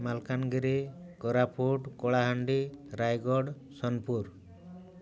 Malkangiri Koraput Kalahandi Rayagada Sonepur